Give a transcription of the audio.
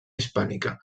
hispànica